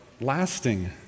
lasting